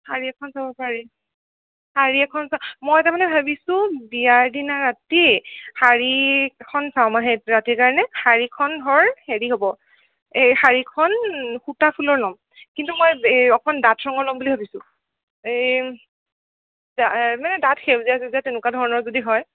শাৰী এখন চাব পাৰি শাৰী এখন চা মই তাৰমানে ভাবিছোঁ বিয়াৰ দিনা ৰাতি শাৰী এখন চাওঁ মই সেই ৰাতিৰ কাৰণে শাৰীখন হ'ল হেৰি হ'ব এই শাৰীখন সূতা ফুলৰ ল'ম কিন্তু মই এই অকণমান ডাঠ ৰঙৰ ল'ম বুলি ভাবিছোঁ এই ডা মানে ডাঠ সেউজীয়া চেউজীয়া তেনেকুৱা ধৰণৰ যদি হয়